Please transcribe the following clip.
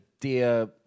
dear